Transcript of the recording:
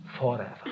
forever